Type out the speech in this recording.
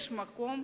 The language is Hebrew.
יש מקום